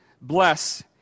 Bless